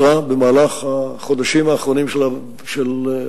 עכשיו שלב השימועים.